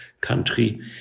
country